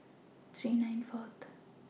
three nine Fourth